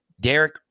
Derek